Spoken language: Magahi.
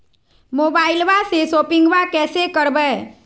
मोबाइलबा से शोपिंग्बा कैसे करबै?